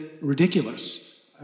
ridiculous